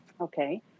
Okay